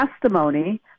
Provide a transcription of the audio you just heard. testimony